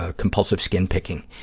ah compulsive skin picking.